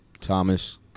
Thomas